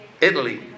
Italy